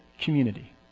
community